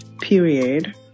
period